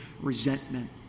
resentment